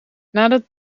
nadat